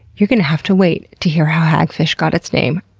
you're going to have to wait to hear how hagfish got its name.